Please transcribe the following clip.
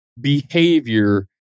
behavior